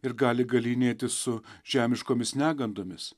ir gali galynėtis su žemiškomis negandomis